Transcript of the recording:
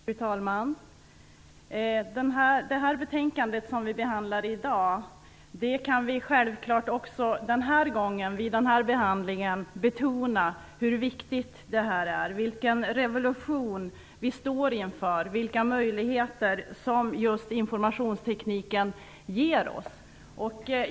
Fru talman! Även den här gången, i samband med det betänkande som vi behandlar i dag, kan vi självklart betona hur viktigt det här är, vilken revolution vi står inför, vilka möjligheter som just informationstekniken ger oss.